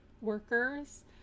workers